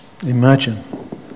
Imagine